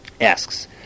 asks